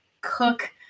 cook